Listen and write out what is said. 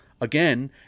again